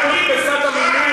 כל מכבסת המילים,